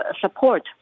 support